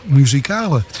muzikale